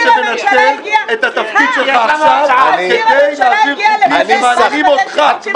אתה סחטן שמנצל את התפקיד שלך עכשיו כדי להעביר חוקים שמעניינים אותך.